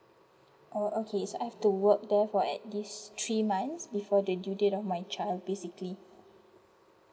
oh okay so I have to work there for at least three months before the due date of my child basically